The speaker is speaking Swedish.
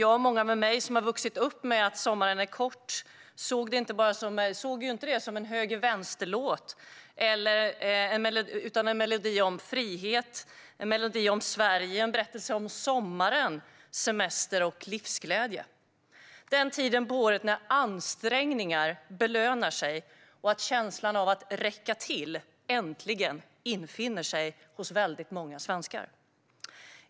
Jag och många med mig som har vuxit upp med Sommaren är kort såg den inte som en höger eller vänsterlåt utan som en melodi om frihet, en melodi om Sverige och en berättelse om sommar, semester och livsglädje. Den handlar om den tid på året när ansträngningar belönas och känslan av att räcka till äntligen infinner sig hos många svenskar.